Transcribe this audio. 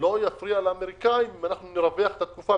לא יפריע לאמריקאים אם אנחנו נרווח את התקופה,